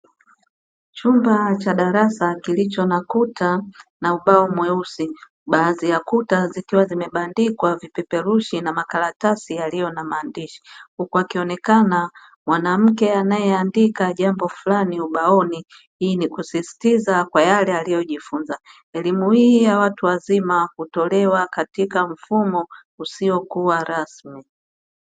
Chumba cha darasa kilicho nakuta na ubao mweusi baadhi ya kuta zikiwa zimebandikwa vipeperushi na makaratasi yaliyo na maandishi, huku akionekana mwanamke anayeandika jambo fulani ubaoni hii ni kusisitiza kwa yale aliyojifunza elimu hii ya watu wazima kutolewa katika mfumo usiokuwa rasmi.